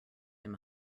him